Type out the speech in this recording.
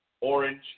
orange